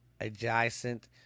adjacent